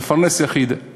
מפרנס יחיד,